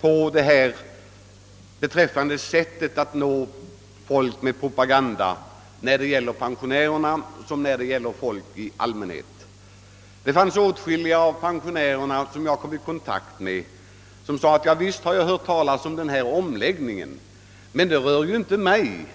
på att pensionärerna skall nås av propaganda lika lätt som folk i allmänhet. Åtskilliga av de pensionärer jag kom i kontakt med sade ungefär följande: »Visst har jag hört talas om den här omläggningen, men den gäller ju inte mig.